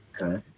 Okay